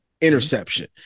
interception